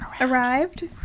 arrived